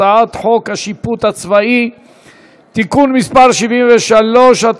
הצעת חוק השיפוט הצבאי (תיקון מס' 73),